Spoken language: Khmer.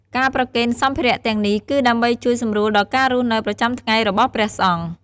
ការប្រគេនសម្ភារៈទាំងនេះ គឺដើម្បីជួយសម្រួលដល់ការរស់នៅប្រចាំថ្ងៃរបស់ព្រះសង្ឃ។